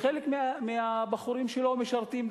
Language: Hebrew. שחלק מהבחורים שלו משרתים,